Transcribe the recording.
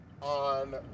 on